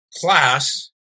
class